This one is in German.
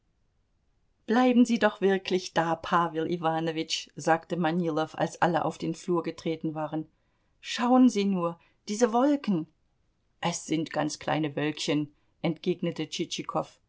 bleiben sie doch wirklich da pawel iwanowitsch sagte manilow als alle auf den flur getreten waren schauen sie nur diese wolken es sind ganz kleine wölkchen entgegnete